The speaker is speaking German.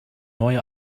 neue